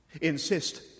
Insist